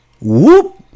whoop